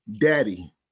Daddy